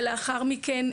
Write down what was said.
ולאחר מכן,